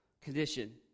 condition